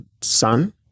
son